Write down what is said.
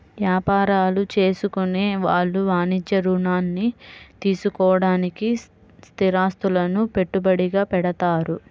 యాపారాలు చేసుకునే వాళ్ళు వాణిజ్య రుణాల్ని తీసుకోడానికి స్థిరాస్తులను పెట్టుబడిగా పెడతారు